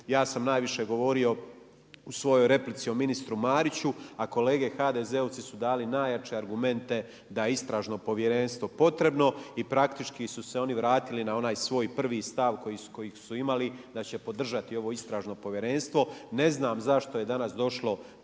ja sam najviše govorio u svojoj replici o ministru Mariću, a kolege HDZ-ovci su dali najjače argumente da istražno povjerenstvo potrebno i praktički su se oni vratili na onaj svoj prvi stav koji su imali da će podržati ovo istražno povjerenstvo. Ne znam zašto je danas došlo